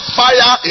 fire